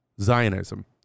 Zionism